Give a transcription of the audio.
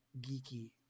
geeky